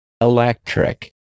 Electric